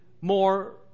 more